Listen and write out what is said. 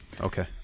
Okay